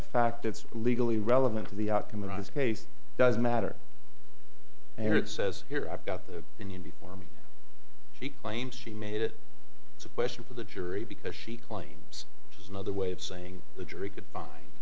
a fact it's legally relevant to the outcome of this case doesn't matter and it says here i've got the union before me she claims she made it it's a question for the jury because she claims which is another way of saying the jury could find